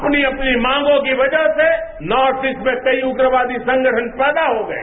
अपनी अपनी मांगों की वजह से नॉर्थ ईस्ट में कई उप्रवादी संगठन पैदा हो गये